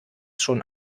schon